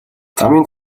замын